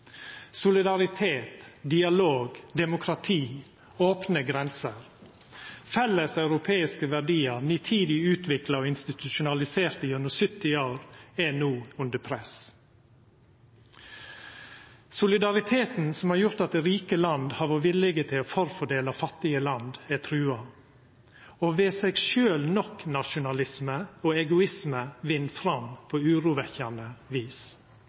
Solidaritet, dialog, demokrati, opne grenser, felles europeiske verdiar – nitid utvikla og institusjonaliserte gjennom 70 år – er no under press. Solidariteten som har gjort at rike land har vore villige til å forfordela fattige land, er trua, og vera-seg-sjølv-nok-nasjonalisme og egoisme vinn fram på urovekkjande vis.